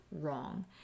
wrong